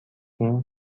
این